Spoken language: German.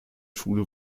schule